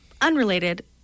unrelated